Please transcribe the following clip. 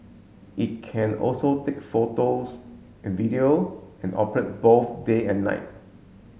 it can also take photos video and operate both day and night